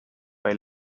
bei